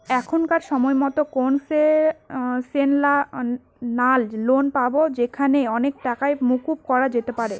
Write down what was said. এখনকার সময়তো concessional loan পাবো যেখানে অনেক টাকাই মকুব করা যেতে পারে